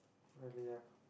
really ah